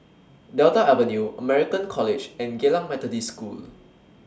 Delta Avenue American College and Geylang Methodist School